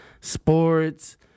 sports